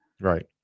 Right